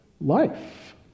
Life